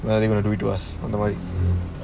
what are they going to do to us right